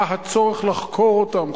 מה הצורך לחקור אותם,